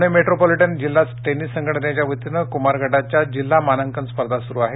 Pune metropolitan जिल्हा tennis संघटनेच्यावतीनं कुमार गटाच्या जिल्हा मानांकन स्पर्धा सुरु आहेत